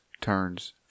turns